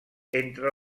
entre